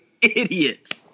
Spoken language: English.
idiot